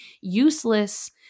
useless